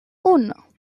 uno